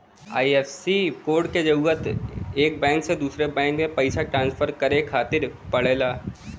IFSC code क जरूरत एक बैंक से दूसरे बैंक में पइसा ट्रांसफर करे खातिर पड़ला